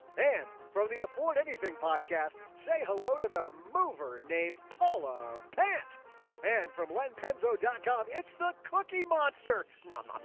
and from the afford anything podcast, say hello to them mover named paula pant and from len penso dot com it's the cookie monster.